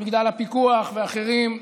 מגדל הפיקוח ואחרים,